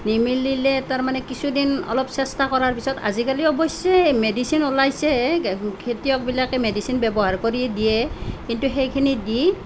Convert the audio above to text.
নিমিলিলে তাৰমানে কিছুদিন অলপ চেষ্টা কৰাৰ পাছত আজিকালি অৱশ্যে মেডিচিন ওলাইছে খেতিয়কবিলাকে মেডিচিন ব্যৱহাৰ কৰিয়ে দিয়ে কিন্তু সেইখিনি দি